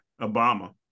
Obama